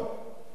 הם גם יקבלו,